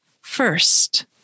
first